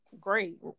great